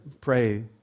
pray